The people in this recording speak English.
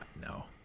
no